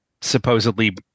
supposedly